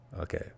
Okay